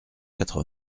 quatre